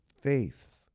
faith